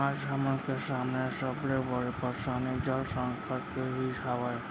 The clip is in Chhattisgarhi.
आज हमन के सामने सबले बड़े परसानी जल संकट के ही हावय